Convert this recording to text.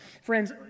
Friends